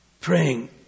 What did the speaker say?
praying